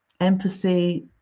empathy